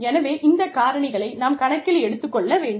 எனவே இந்த காரணிகளை நாம் கணக்கில் எடுத்துக்கொள்ள வேண்டும்